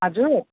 हजुर